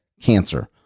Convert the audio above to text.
cancer